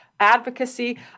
advocacy